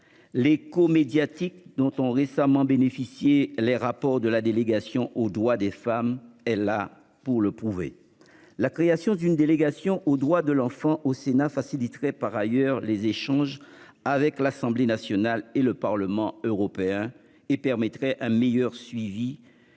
L'écho médiatique dont ont récemment bénéficié les rapports de la délégation aux droits des femmes et là pour le prouver, la création d'une délégation aux droits de l'enfant au Sénat faciliterait par ailleurs les échanges avec l'Assemblée nationale et le Parlement européen et permettrait un meilleur suivi